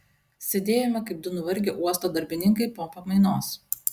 sėdėjome kaip du nuvargę uosto darbininkai po pamainos